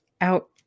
out